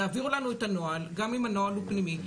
תעבירו לנו את הנוהל גם אם הנוהל הוא פנימי.